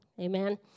Amen